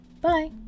Bye